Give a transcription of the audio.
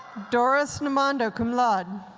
doris namondo, cum laude.